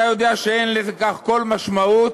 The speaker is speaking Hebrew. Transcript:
אתה יודע שאין לכך כל משמעות,